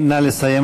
נא לסיים,